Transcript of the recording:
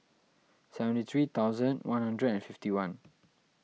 seventy three thousand one hundred and fifty one